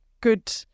good